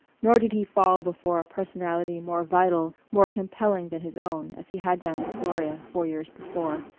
nor did he fall before a personality more vital, more compelling than his own, as he had done with gloria four years before.